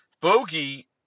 Bogey